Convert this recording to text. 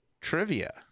trivia